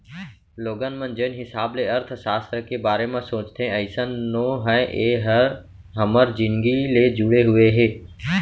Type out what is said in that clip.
लोगन मन जेन हिसाब ले अर्थसास्त्र के बारे म सोचथे अइसन नो हय ए ह हमर जिनगी ले जुड़े हुए हे